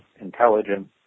intelligence